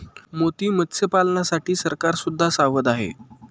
मोती मत्स्यपालनासाठी सरकार सुद्धा सावध आहे